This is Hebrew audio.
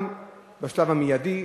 גם בשלב המיידי,